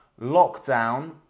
lockdown